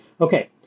Okay